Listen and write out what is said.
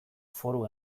foru